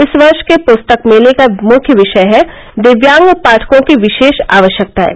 इस वर्ष के पुस्तक मेले का मुख्य विषय है दिव्यांग पाठकों की विशेष आवश्यकताएं